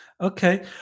Okay